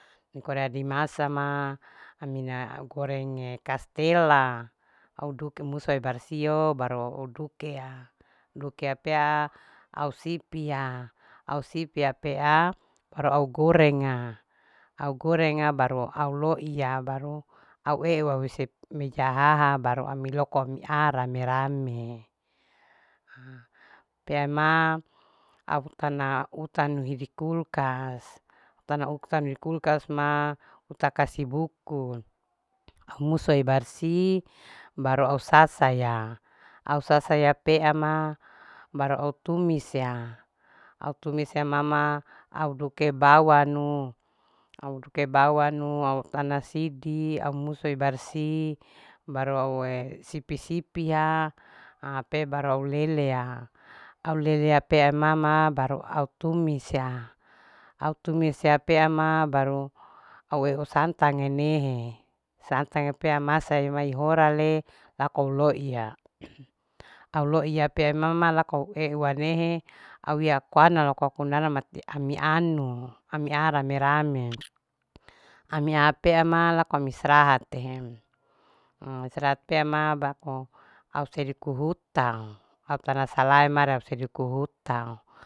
Niko re adi masa ma amina au gorenge kastela au dukue musua barsiho baru au dukea. dukea pea au sipia. au sipia pea baru au gorenga. au gorenga baru au loiya baru au eu ause mejahaha baru ami loko amia rame. rame ha pea ma au tana utanu hi di kulkas au tana di kulkas ma uta kasi buku au musue au barsi baru au sasaya. au sasaya pea ma baru au tumis ya. au timus ya mama au duke bawanu. au duke bawanu au tana sidi au musue au barsi baru aue sipi. sipi yaa haa au pe baru au lele ya au lelea pea mama baru au tumis ya au tumis ya pea ma baru au wesantge nehe santage pea masa mai hora le lako loiya au loiya pe imama lako ueua nehe au wie koana loko kundana mati ami anu amia rame. rame mia pea ma lako mi istirahate istirahat pea ma baru au sedu kuhutang au tana au tana salaema au sedukuhutang